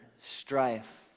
strife